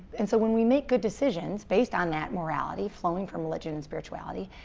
and so when we make good decisions based on that morality, flowing from religion and spirituality,